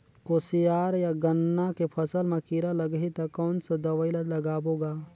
कोशियार या गन्ना के फसल मा कीरा लगही ता कौन सा दवाई ला लगाबो गा?